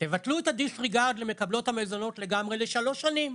תבטלו את הדיסריגרד למקבלות המזונות לגמרי לשלוש שנים.